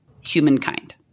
humankind